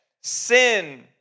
Sin